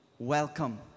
Welcome